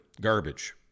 garbage